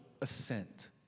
assent